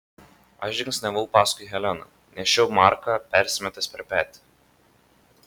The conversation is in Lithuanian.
aš žingsniavau paskui heleną nešiau marką persimetęs per petį